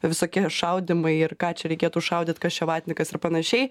visokie šaudymai ir ką čia reikėtų šaudyt kas čia vatnikas ir panašiai